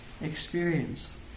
experience